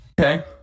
Okay